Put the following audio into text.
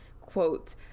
quote